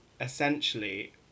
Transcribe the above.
essentially